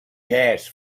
gas